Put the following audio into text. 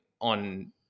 on